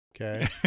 Okay